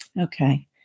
Okay